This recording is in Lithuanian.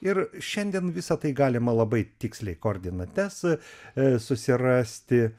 ir šiandien visa tai galima labai tiksliai kordinates a susirasti